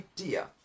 idea